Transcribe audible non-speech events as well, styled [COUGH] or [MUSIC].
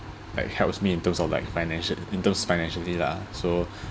like helps me in terms of like financial in terms financially lah so [BREATH]